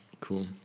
Cool